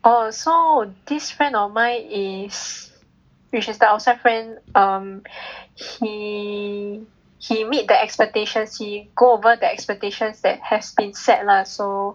oh so this friend of mine is which is the outside friend um he he meet the expectations he go over the expectations that has been set lah so